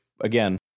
again